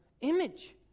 image